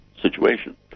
situation